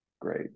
great